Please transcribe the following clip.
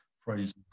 phrase